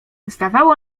zdawało